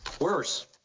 Worse